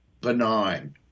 benign